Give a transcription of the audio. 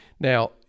Now